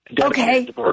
Okay